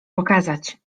pokazać